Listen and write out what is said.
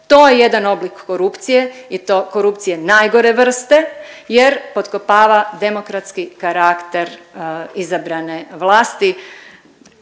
To je jedan oblik korupcije i to korupcije najgore vrste jer potkopava demokratski karakter izabrane vlasti.